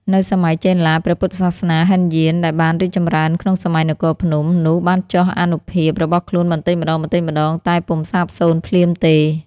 នៅសម័យចេនឡា ព្រះពុទ្ធសាសនាហិនយានដែលបានរីកចម្រើនក្នុងសម័យនគរភ្នំ នោះបានចុះអានុភាពរបស់ខ្លួនបន្តិចម្តងៗតែពុំសាបសូន្យភ្លាមទេ។